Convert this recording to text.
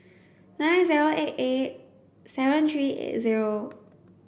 nine zero eight eight seven three eight zero